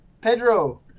Pedro